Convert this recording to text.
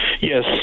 Yes